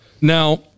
Now